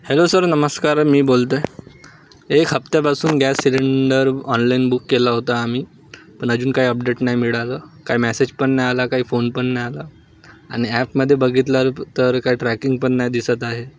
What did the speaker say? hello sir नमस्कार मी बोलतो आहे एक हप्त्यापासून गॅस सिलेंडर ऑनलाईन बुक केला होता आम्ही पण अजून काय अपडेट नाही मिळालं काय मॅसेज पण नाही आला काही फोन पण नाही आला आणि ॲपमध्ये बघितलं तर काय ट्रॅकिंग पण नाही दिसत आहे